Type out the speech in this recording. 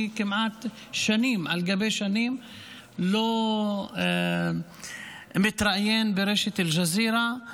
אני כמעט שנים על גבי שנים לא מתראיין ברשת אל-ג'זירה.